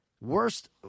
worst